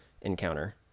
encounter